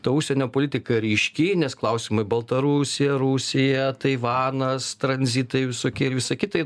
ta užsienio politika ryški nes klausimai baltarusija rusija taivanas tranzitai visokie ir visa kita